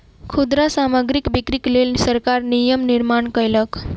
खुदरा सामग्रीक बिक्रीक लेल सरकार नियम निर्माण कयलक